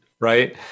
right